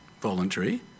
Voluntary